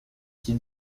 qui